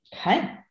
Okay